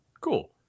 Cool